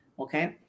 okay